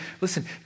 listen